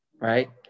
Right